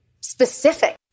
specific